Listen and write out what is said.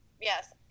yes